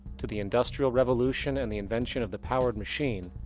to the industrial revolution and the invention of the powered machine,